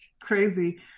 crazy